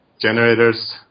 generators